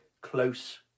close